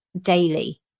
daily